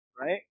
right